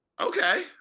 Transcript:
Okay